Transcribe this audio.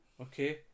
Okay